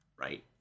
Right